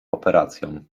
operacją